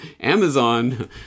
Amazon